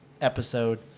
episode